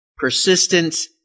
Persistence